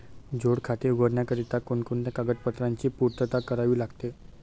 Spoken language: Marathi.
जोड खाते उघडण्याकरिता कोणकोणत्या कागदपत्रांची पूर्तता करावी लागते?